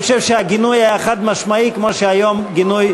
אני חושב שהגינוי היה חד-משמעי כמו שהיום גינוי,